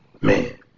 Man